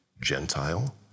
Gentile